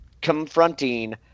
confronting